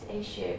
issue